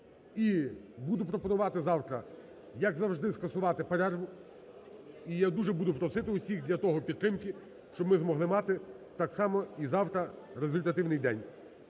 І буду пропонувати завтра, як завжди, скасувати перерву. І я дуже буду просити усіх для того підтримки, щоб ми змогли мати так само і завтра результативний день.